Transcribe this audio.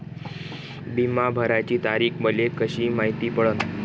बिमा भराची तारीख मले कशी मायती पडन?